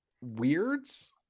weirds